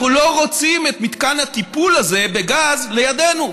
אנחנו לא רוצים את מתקן הטיפול הזה בגז לידנו.